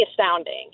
astounding